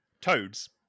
toads